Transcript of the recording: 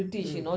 mm